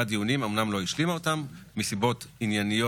גדעון סער הציג את עצמו בעבר כחלופה שלטונית.